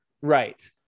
Right